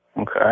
Okay